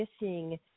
missing